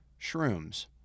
shrooms